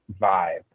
vibe